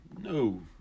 No